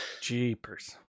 jeepers